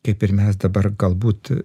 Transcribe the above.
kaip ir mes dabar galbūt